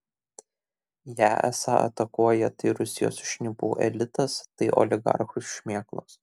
ją esą atakuoja tai rusijos šnipų elitas tai oligarchų šmėklos